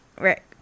Rick